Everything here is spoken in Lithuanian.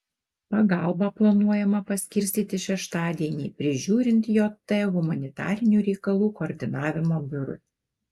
pagalbą planuojama paskirstyti šeštadienį prižiūrint jt humanitarinių reikalų koordinavimo biurui